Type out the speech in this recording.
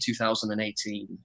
2018